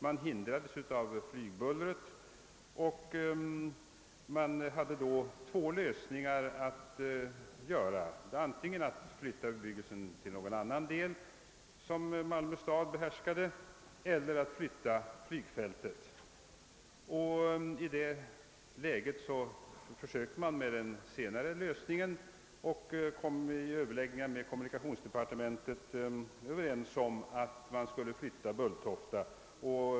Man hindrades av flygbullret och hade då två lösningar att välja mellan: att flytta bebyggelsen till någon annan del som Malmö stad behärskade eller att flytta flygfältet. I det läget föredrog man den senare lösningen och kom vid överläggningar med kommunikationsdepartementet överens om att flytta Bulltofta.